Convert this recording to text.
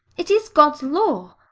it is god's law.